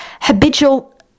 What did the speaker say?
habitual